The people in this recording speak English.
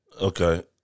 Okay